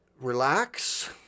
relax